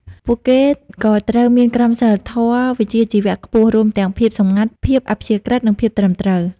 ពួកគេក៏ត្រូវមានក្រមសីលធម៌វិជ្ជាជីវៈខ្ពស់ រួមទាំងភាពសម្ងាត់ ភាពអព្យាក្រឹត និងភាពត្រឹមត្រូវ។